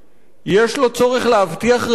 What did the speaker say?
יש לו צורך להבטיח רווחים.